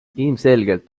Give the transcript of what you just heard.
ilmselgelt